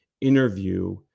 interview